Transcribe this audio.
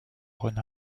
rhône